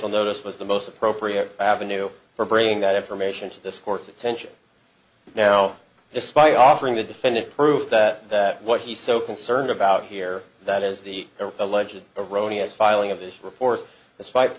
will notice was the most appropriate avenue for bringing that information to this court's attention now despite offering the definitive proof that that what he's so concerned about here that as the alleged erroneous filing of this report